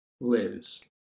lives